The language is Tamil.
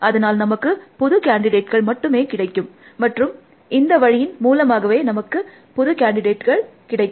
அதனால் நமக்கு புது கேன்டிடேட்கள் மட்டுமே கிடைக்கும் மற்றும் இந்த வழியின் மூலமாகவே நமக்கு புது கேன்டிடேட்கள் கிடைக்கும்